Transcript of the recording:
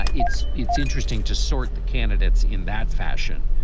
ah it's it's interesting to sort the candidates in that fashion,